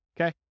okay